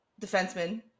defenseman